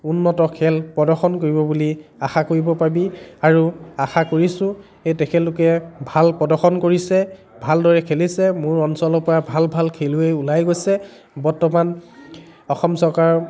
উন্নত খেল প্ৰদৰ্শন কৰিব বুলি আশা কৰিব পাবি আৰু আশা কৰিছোঁ এই তেখেতলোকে ভাল প্ৰদৰ্শন কৰিছে ভালদৰে খেলিছে মোৰ অঞ্চলৰপৰা ভাল ভাল খেলুৱৈ ওলাই গৈছে বৰ্তমান অসম চৰকাৰৰ